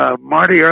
Marty